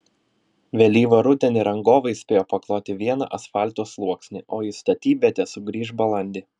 vėlyvą rudenį rangovai spėjo pakloti vieną asfalto sluoksnį o į statybvietę sugrįš balandį